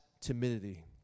timidity